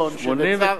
המיליון שחסרו פה,